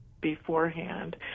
beforehand